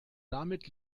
damit